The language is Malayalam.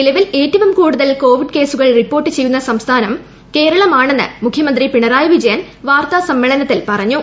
നില്വിൽ ഏറ്റവും കൂടുതൽ കോവിഡ് കേസുകൾ റിപ്പോർട്ട് ചെയ്യുന്ന സംസ്ഥാനം കേരളം ആണെന്ന് മുഖ്യമന്ത്രി പിണറായി വിജയൻ വാർത്താസമ്മേളനത്തിൽ പറഞ്ഞു